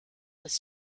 with